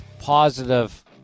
positive